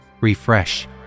refresh